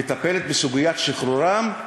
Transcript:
מטפלת בסוגיית שחרורם,